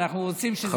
ואנחנו רוצים שזה יעבור,